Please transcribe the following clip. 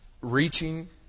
reaching